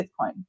Bitcoin